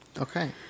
Okay